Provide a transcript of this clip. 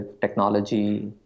technology